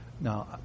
Now